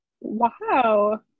Wow